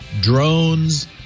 drones